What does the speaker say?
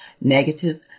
negative